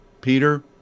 Peter